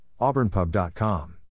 auburnpub.com